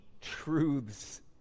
truths